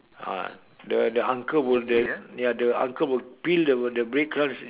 ah the the uncle will the ya the uncle will peel the bread crumbs